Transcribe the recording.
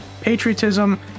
patriotism